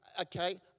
okay